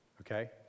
okay